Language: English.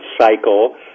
cycle